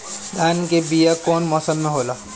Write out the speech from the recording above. धान के बीया कौन मौसम में होला?